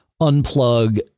unplug